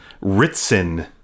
Ritson